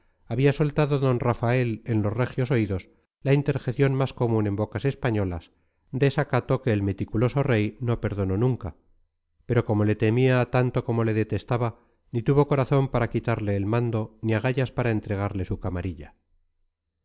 había soltado d rafael en los regios oídos la interjección más común en bocas españolas desacato que el meticuloso rey no perdonó nunca pero como le temía tanto como le detestaba ni tuvo corazón para quitarle el mando ni agallas para entregarle su camarilla